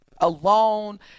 alone